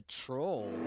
troll